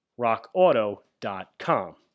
Rockauto.com